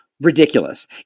ridiculous